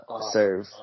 serve